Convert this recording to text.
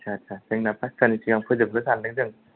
आदसा आदसा जोंना पासथानि सिगां फोजोबनो सान्दों जों